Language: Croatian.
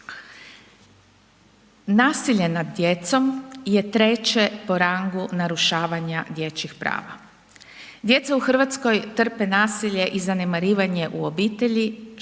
Nasilje nad djecom je treće po rangu narušavanja dječjih prava. Djeca u Hrvatskoj trpe nasilje i zanemarivanje u obitelji,